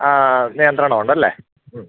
ആ നിയന്ത്രണം ഉണ്ടല്ലേ